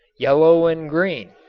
yellow and green,